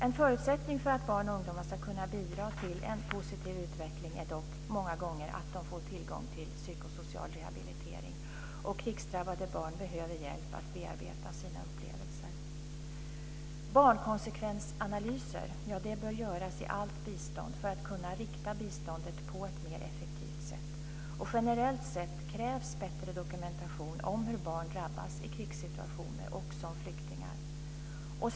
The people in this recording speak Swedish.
En förutsättning för att barn och ungdomar ska kunna bidra till en positiv utveckling är dock många gånger att de får tillgång till psykosocial rehabilitering. Krigsdrabbade barn behöver hjälp att bearbeta sina upplevelser. Barnkonsekvensanalyser bör göras i allt bistånd för att kunna rikta biståndet på ett mer effektivt sätt. Generellt sett krävs bättre dokumentation om hur barn drabbas i krigssituationer och som flyktingar.